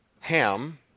Ham